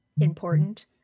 important